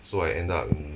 so I end up mm